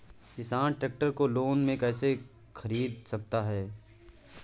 किसान ट्रैक्टर को लोन में कैसे ख़रीद सकता है?